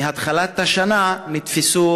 מהתחלת השנה נתפסו